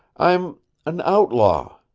i'm an outlaw.